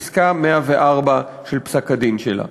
פסקה 104 של פסק-הדין שלה.